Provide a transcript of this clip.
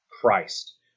Christ